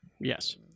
yes